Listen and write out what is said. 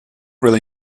really